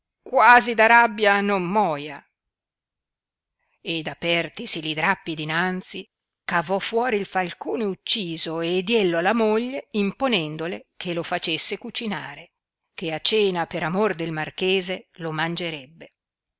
quasi da rabbia non moia ed apertisi li drappi dinanzi cavò fuori il falcone ucciso e diello alla moglie imponendole che lo facesse cucinare che a cena per amor del marchese lo mangerebbe